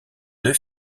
deux